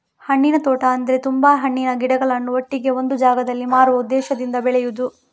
ಹಣ್ಣಿನ ತೋಟ ಅಂದ್ರೆ ತುಂಬಾ ಹಣ್ಣಿನ ಗಿಡಗಳನ್ನ ಒಟ್ಟಿಗೆ ಒಂದು ಜಾಗದಲ್ಲಿ ಮಾರುವ ಉದ್ದೇಶದಿಂದ ಬೆಳೆಯುದು